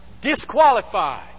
disqualified